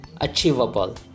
achievable